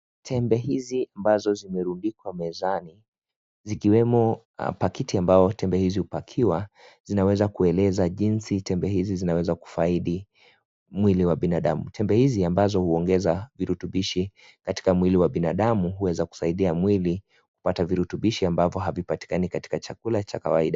Tembe hizi ambazo zimerundikwa mezani zikiwemo paketi ambao tembe hizi upakiwa zinaweza kueleza jinsi tembe hizi zinaweza kufahidi mwili wa binadamu. Tembe hizi ambao huongeza virudupishi katika mwili wa binadamu huweza kusaidia mwili kupata virudupishi ambavyo havipatikani katika chakula cha kawaida.